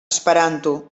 esperanto